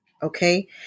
Okay